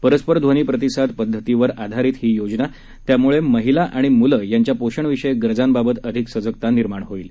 परस्पर ध्वनी प्रतिसाद पद्धतीवर आधारिक ही योजना असून यामुळे महिला आणि मुलं यांच्या पोषणविषयक गरजांबाबत अधिक सजगता निर्माण होणार आहे